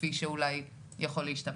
כפי שאולי יכול להשתמע.